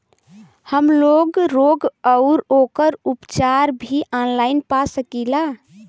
हमलोग रोग अउर ओकर उपचार भी ऑनलाइन पा सकीला?